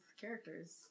characters